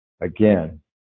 again